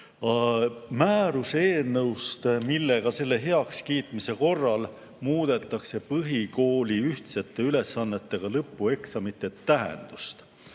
määruse eelnõust, millega selle heakskiitmise korral muudetakse põhikooli ühtsete ülesannetega lõpueksamite tähendust.